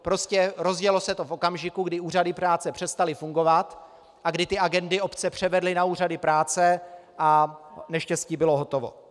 Prostě rozjelo se to v okamžiku, kdy úřady práce přestaly fungovat a kdy ty agendy obce převedly na úřady práce a neštěstí bylo hotovo.